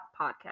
podcast